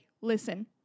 listen